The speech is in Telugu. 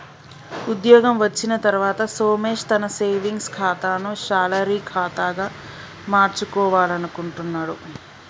ఉద్యోగం వచ్చిన తర్వాత సోమేష్ తన సేవింగ్స్ ఖాతాను శాలరీ ఖాతాగా మార్చుకోవాలనుకుంటున్నడు